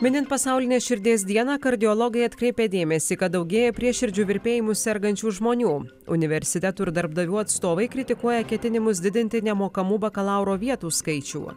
minint pasaulinę širdies dieną kardiologai atkreipia dėmesį kad daugėja prieširdžių virpėjimu sergančių žmonių universitetų ir darbdavių atstovai kritikuoja ketinimus didinti nemokamų bakalauro vietų skaičių